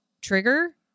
trigger